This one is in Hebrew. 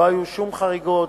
לא היו שום חריגות,